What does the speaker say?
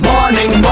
Morning